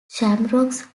shamrocks